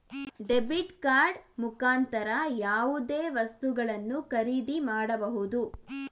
debit card ಮುಖಾಂತರ ಯಾವುದೇ ವಸ್ತುಗಳನ್ನು ಖರೀದಿ ಮಾಡಬಹುದು